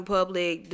public